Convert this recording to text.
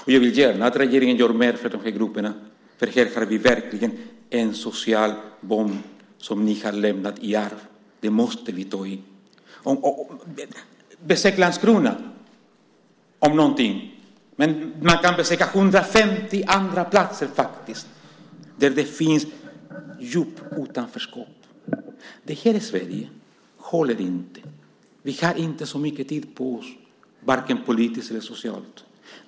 Och jag vill gärna att regeringen gör mer för de här grupperna, för här har vi verkligen en social bomb, som ni har lämnat i arv. Den måste vi ta tag i. Besök Landskrona! Man kan besöka 150 andra platser också, där det finns ett djupt utanförskap. Detta Sverige håller inte. Vi har inte så mycket tid på oss, varken politiskt eller socialt.